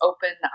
Open